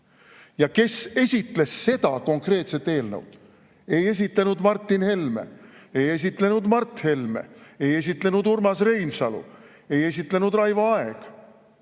siin. Kes esitles seda konkreetset eelnõu? Ei esitlenud Martin Helme, ei esitlenud Mart Helme, ei esitlenud Urmas Reinsalu, ei esitlenud Raivo Aeg.